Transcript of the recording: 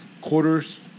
quarters